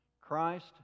Christ